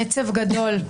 עצב גדול.